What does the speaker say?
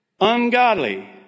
ungodly